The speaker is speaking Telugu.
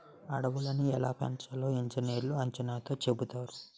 అడవులని ఎలా పెంచాలో ఇంజనీర్లు అంచనాతో చెబుతారు